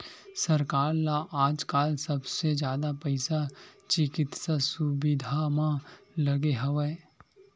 सरकार ल आजकाल सबले जादा पइसा चिकित्सा सुबिधा म लगे हवय